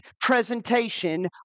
presentation